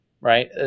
right